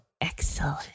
Excellent